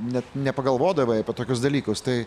net nepagalvodavai apie tokius dalykus tai